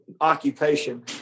occupation